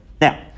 Now